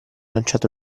lanciato